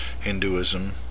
Hinduism